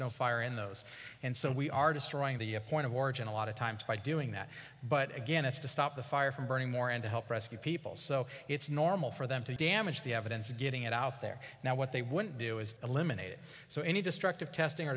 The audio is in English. no fire in those and so we are destroying the point of origin a lot of times by doing that but again it's to stop the fire from burning more and to help rescue people so it's normal for them to damage the evidence getting it out there now what they would do is eliminate it so any destructive testing